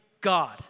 God